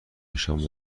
نشان